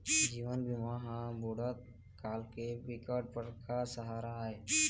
जीवन बीमा ह बुढ़त काल के बिकट बड़का सहारा आय